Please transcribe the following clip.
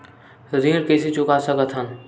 ऋण कइसे चुका सकत हन?